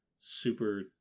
super